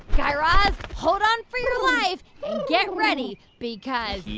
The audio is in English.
guy raz, hold on for your life. and get ready because.